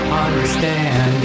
understand